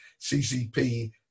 CCP